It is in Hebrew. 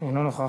אינו נוכח.